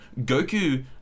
Goku